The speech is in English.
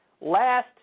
last